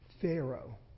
Pharaoh